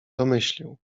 domyślił